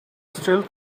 still